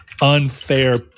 unfair